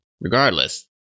regardless